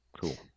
Cool